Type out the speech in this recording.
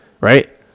right